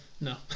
No